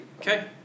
Okay